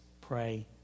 pray